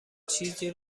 چیزی